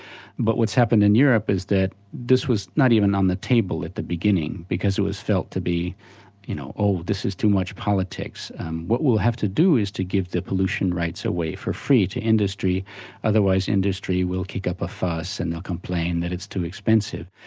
but what's happened in europe is that this was not even on the table at the beginning, because it was felt to be you know oh this is too much politics, and what we'll have to do is to give the pollution rights away for free to industry otherwise industry will kick up a fuss and they'll complain that it's too expensive.